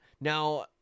Now